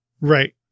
Right